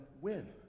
win